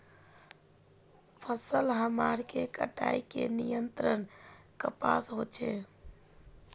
फसल हमार के कटाई का नियंत्रण कपास होचे?